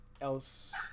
else